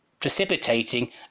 precipitating